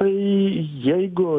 tai jeigu